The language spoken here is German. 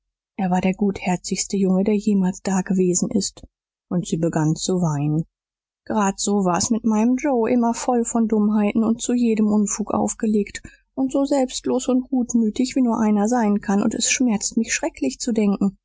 er war der gutherzigste junge der jemals dagewesen ist und sie begann zu weinen grad so war's mit meinem joe immer voll von dummheiten und zu jedem unfug aufgelegt und so selbstlos und gutmütig wie nur einer sein kann und es schmerzt mich schrecklich zu denken